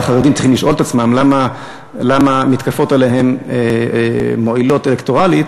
והחרדים צריכים לשאול את עצמם למה המתקפות עליהם מועילות אלקטורלית,